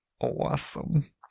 awesome